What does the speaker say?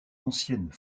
ancienne